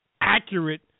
accurate